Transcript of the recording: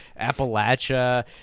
Appalachia